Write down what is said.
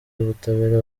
y’ubutabera